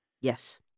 Yes